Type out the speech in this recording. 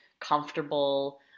comfortable